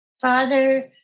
father